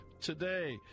today